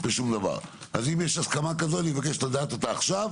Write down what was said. אם יש הסכמה כזו אני מבקש לדעת אותה עכשיו.